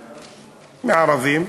מערבים,